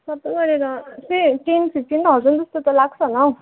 सबै गरेर चाहिँ टेन फिफ्टिन थाउजन जस्तो त लाग्छ होला हौ